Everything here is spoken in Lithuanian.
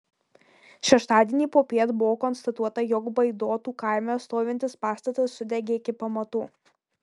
šeštadienį popiet buvo konstatuota jog baidotų kaime stovintis pastatas sudegė iki pamatų